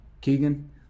Keegan